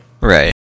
right